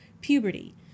puberty